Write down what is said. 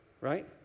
right